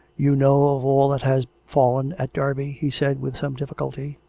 you know of all that has fallen at derby? he said, with some difficulty.